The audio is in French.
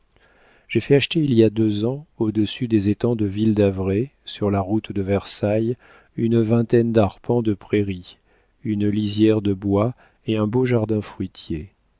j'ai fait acheter il y a deux ans au-dessus des étangs de ville-d'avray sur la route de versailles une vingtaine d'arpents de prairies une lisière de bois et un beau jardin fruitier